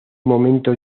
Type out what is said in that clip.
momento